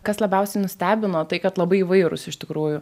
kas labiausiai nustebino tai kad labai įvairūs iš tikrųjų